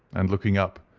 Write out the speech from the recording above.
and looking up,